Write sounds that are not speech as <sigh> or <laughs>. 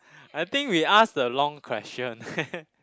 I think we ask the long question eh <laughs>